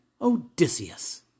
Odysseus